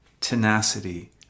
tenacity